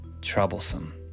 troublesome